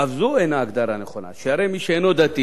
אף זו אינה הגדרה נכונה, שהרי מי שאינו דתי